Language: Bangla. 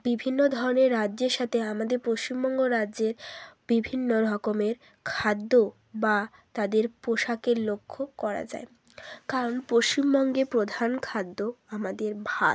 বিভিন্ন ধরনের রাজ্যের সাথে আমাদের পশ্চিমবঙ্গ রাজ্যের বিভিন্ন রকমের খাদ্য বা তাদের পোশাকের লক্ষ্য করা যায় কারণ পশ্চিমবঙ্গে প্রধান খাদ্য আমাদের ভাত